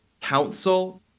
council